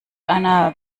einer